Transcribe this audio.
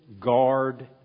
guard